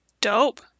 Dope